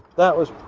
that was